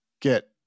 get